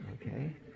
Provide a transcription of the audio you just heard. okay